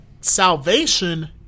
salvation